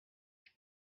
ich